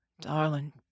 Darling